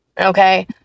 Okay